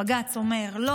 בג"ץ אומר לא.